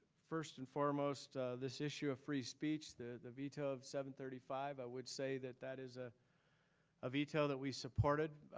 first and foremost this issue of free speech, the veto of seven thirty five, i would say that that is a ah veto that we supported.